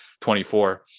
24